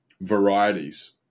varieties